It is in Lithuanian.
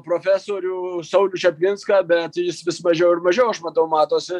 profesorių saulių čaplinską bet jis vis mažiau ir mažiau aš matau matosi